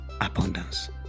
abundance